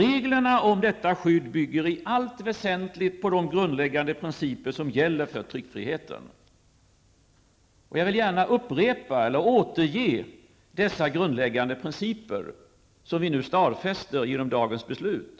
Reglerna om detta skydd bygger i allt väsentligt på de grundläggande principer som gäller för tryckfriheten. Jag vill gärna upprepa eller återge dessa grundläggande principer som vi nu stadfäster genom dagens beslut.